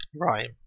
Right